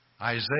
Isaiah